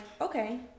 okay